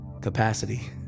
Capacity